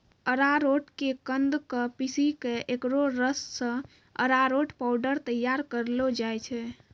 अरारोट के कंद क पीसी क एकरो रस सॅ अरारोट पाउडर तैयार करलो जाय छै